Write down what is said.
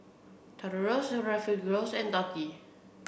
Taurus Refugio and Dotty